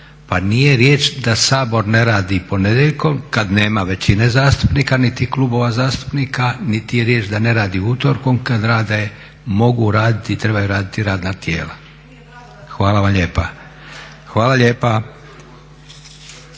pa nije riječ da Sabor ne radi ponedjeljkom kada nema većine zastupnika niti klubova zastupnika niti je riječ da ne radi utorkom kada mogu raditi i trebaju raditi radna tijela. Hvala vam lijepa.